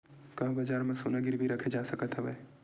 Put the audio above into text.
का बजार म सोना गिरवी रखे जा सकत हवय?